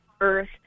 earth